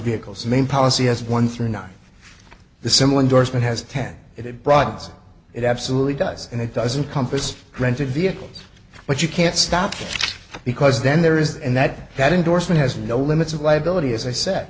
vehicles main policy has one through not the similar endorsement has ten it broadens it absolutely does and it doesn't compass granted vehicles but you can't stop it because then there is and that that endorsement has no limits of liability as i said